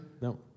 No